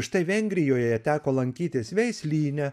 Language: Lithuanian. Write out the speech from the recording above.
štai vengrijoje teko lankytis veislyne